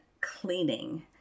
cleaning